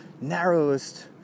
narrowest